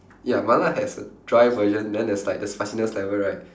ya mala has a dry version then there's like the spiciness level right